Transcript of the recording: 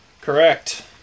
Correct